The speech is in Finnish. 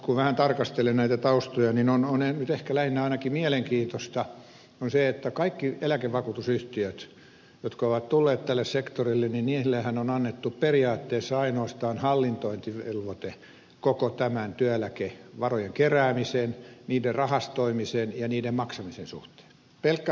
kun vähän tarkastelee näitä taustoja niin on nyt ehkä lähinnä ainakin mielenkiintoista se että kaikille eläkevakuutusyhtiöille jotka ovat tulleet tälle sektorille on annettu periaatteessa ainoastaan hallinnointivelvoite kaikkien näitten työeläkevarojen keräämiseen niiden rahastoimiseen ja niiden maksamisen suhteen pelkkä hallinnointivelvoite